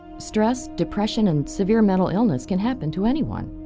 stress, depression and severe mental illness can happen to anyone.